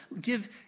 Give